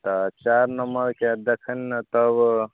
तऽ चारि नम्बरके देखहिन ने तब